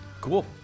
Cool